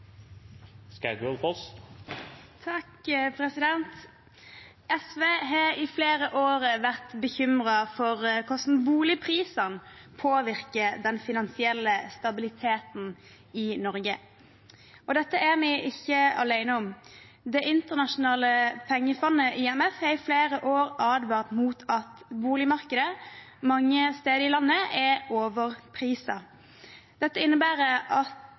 SV har i flere år vært bekymret for hvordan boligprisene påvirker den finansielle stabiliteten i Norge. Dette er vi ikke alene om. Det internasjonale pengefondet, IMF, har i flere år advart mot at boligmarkedet mange steder i landet er overpriset. Dette innebærer at